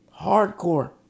Hardcore